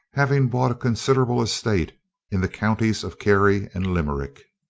having bought a considerable estate in the counties of kerry and limerick.